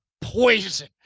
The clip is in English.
poison